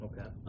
Okay